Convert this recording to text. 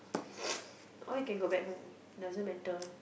or you can go back home doesn't matter